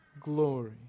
glory